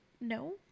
No